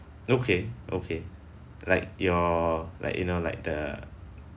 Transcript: okay okay like your like you know like the